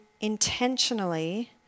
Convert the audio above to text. intentionally